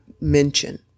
mention